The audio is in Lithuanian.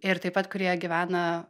ir taip pat kurie gyvena